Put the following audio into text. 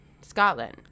Scotland